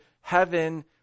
heaven